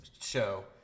show